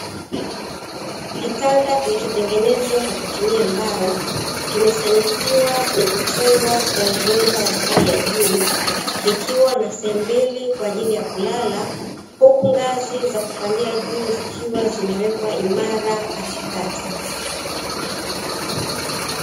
Kitanda kilichotengenezwa kwa kutumia mbao, kimesanifiwa na kuchongwa kwa ubora wa hali ya juu, kikiwa na sememu mbili kwa ajili ya kulala, huku ngazi za kupandia juu zikiwa zimewekwa imara katikati.